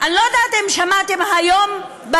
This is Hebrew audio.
אני לא יודעת אם שמעתם, היום,